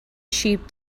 sheep